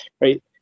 right